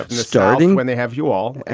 starting when they have you all.